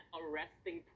arresting